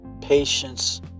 patience